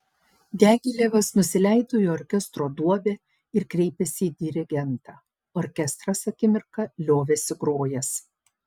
diagilevas nusileido į orkestro duobę ir kreipėsi į dirigentą orkestras akimirką liovėsi grojęs